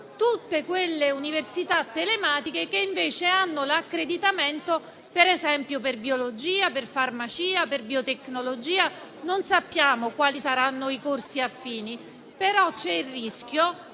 tutte quelle università telematiche che invece hanno l'accreditamento, per esempio, per biologia, per farmacia, per biotecnologia. Non sappiamo quali saranno i corsi affini, ma c'è il rischio